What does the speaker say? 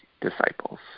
disciples